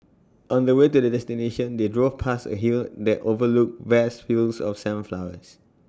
on the way to their destination they drove past A hill that overlooked vast fields of sunflowers